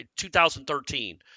2013